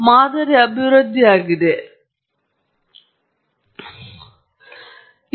ಆ ತತ್ವಗಳ ಕನಿಷ್ಠ ಮೂಲಭೂತ ಅಂಶಗಳನ್ನು ತಿಳಿದುಕೊಳ್ಳುವುದು ಬಹಳ ಮುಖ್ಯ ಮತ್ತು ಪ್ರಯತ್ನವನ್ನು ಕಡಿಮೆ ಮಾಡಲು ಇದಕ್ಕಾಗಿ ಕೆಲವು ಮಾರ್ಗದರ್ಶನಗಳು ಇವೆ